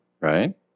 right